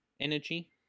energy